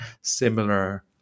similar